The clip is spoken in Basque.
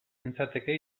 nintzateke